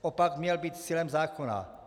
Opak měl být cílem zákona.